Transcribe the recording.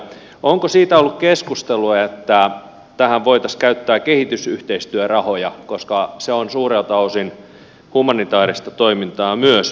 onko ollut keskustelua siitä että tähän voitaisiin käyttää kehitysyhteistyörahoja koska se on suurelta osin humanitaarista toimintaa myös